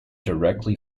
directly